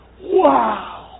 Wow